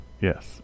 Yes